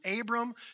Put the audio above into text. Abram